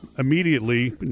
Immediately